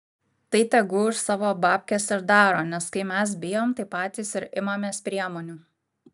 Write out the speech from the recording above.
tai tegu už savo babkes ir daro nes kai mes bijom tai patys ir imamės priemonių